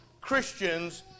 Christians